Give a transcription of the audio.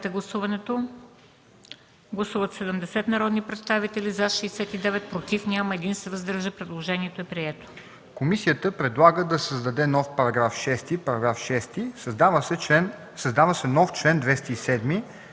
Комисията предлага да се създаде нов § 6: „§ 6. Създава се нов чл. 207: